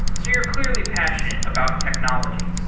so you're clearly passionate about technology.